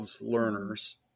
learners